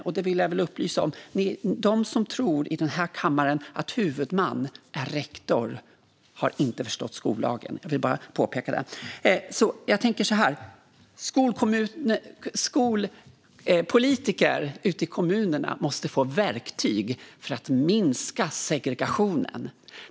Jag vill upplysa om att de i den här kammaren som tror att huvudman är rektor inte har förstått skollagen. Jag vill bara påpeka det. Skolpolitiker ute i kommunerna måste få verktyg för att minska segregationen.